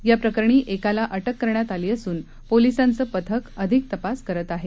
या प्रकरणी एकाला अटक करण्यात आली असून पोलिसांचं पथक अधिक तपास करीत आहेत